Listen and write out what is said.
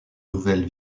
nouvelle